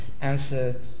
answer